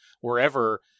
wherever